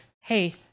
Hey